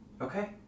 Okay